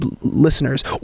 listeners